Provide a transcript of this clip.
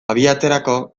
abiatzerako